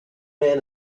man